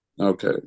Okay